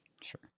Sure